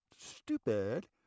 stupid